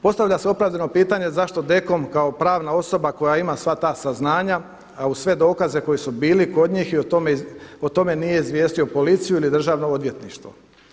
Postavlja se opravdano pitanje zašto DKOM kao pravna osoba koja ima sva ta saznanja, a uz sve dokaze koji su bili kod njih i o tome nije izvijestio policiju ili Državno odvjetništvo.